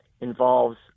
involves